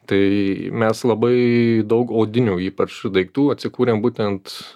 tai mes labai daug odinių ypač daiktų atsikūrėm būtent